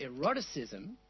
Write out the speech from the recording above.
eroticism